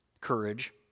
courage